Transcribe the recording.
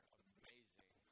amazing